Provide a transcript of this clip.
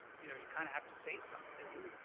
you know, you kind of have to say something,